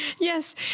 Yes